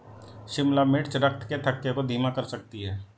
शिमला मिर्च रक्त के थक्के को धीमा कर सकती है